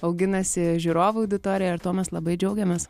auginasi žiūrovų auditoriją ir tuo mes labai džiaugiamės